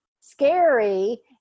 scary